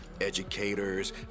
educators